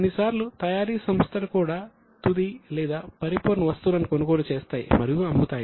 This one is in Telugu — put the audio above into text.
కొన్నిసార్లు తయారీ సంస్థలు కూడా తుదిపరిపూర్ణ వస్తువులను కొనుగోలు చేస్తాయి మరియు అమ్ముతాయి